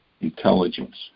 intelligence